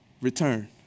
Return